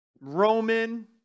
Roman